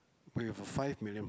we have a five million